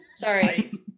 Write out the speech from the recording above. Sorry